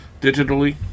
digitally